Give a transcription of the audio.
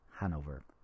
Hanover